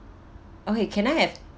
okay can I have